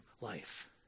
life